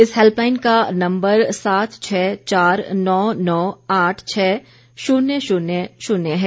इस हैल्पलाईन का नम्बर सात छह चार नौ नौ आठ छह शून्य शून्य शून्य है